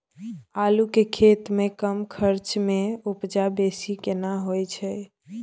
आलू के खेती में कम खर्च में उपजा बेसी केना होय है?